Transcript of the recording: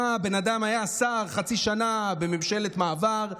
הבן אדם היה שר חצי שנה בממשלת מעבר,